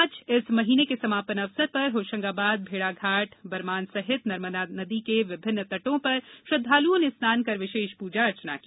आज इस महीने के समापन अवसर पर होशंगाबाद भेड़ाघाट बरमान सहित नर्मदा नदी के विभिन्न तटों पर श्रद्वालुओं ने स्नान कर विशेष प्रजा अर्चना की